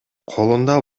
колунда